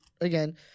again